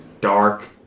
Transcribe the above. dark